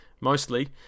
mostly